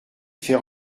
fait